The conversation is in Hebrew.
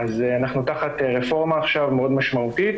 אז אנחנו תחת רפורמה עכשיו מאוד משמעותית